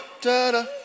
da-da